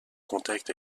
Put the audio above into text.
contact